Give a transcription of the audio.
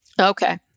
okay